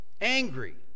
angry